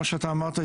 כמו שאתה אמרת,